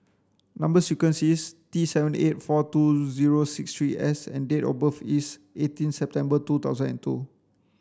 number sequence is T seven eight four two zero six three S and date of birth is eighteen September two thousand and two